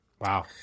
Wow